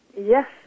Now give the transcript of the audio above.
Yes